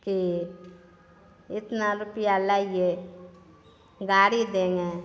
की इतना रुपैआ लाइये गाड़ी देङ्गे